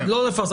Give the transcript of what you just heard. לא לפרסם.